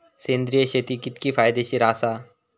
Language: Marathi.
सेंद्रिय शेती कितकी फायदेशीर आसा?